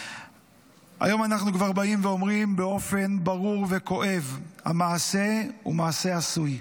היום אנחנו כבר באים ואומרים באופן ברור וכואב: המעשה הוא מעשה עשוי.